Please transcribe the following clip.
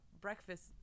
breakfast